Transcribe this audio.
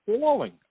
falling